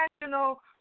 national